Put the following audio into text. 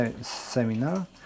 seminar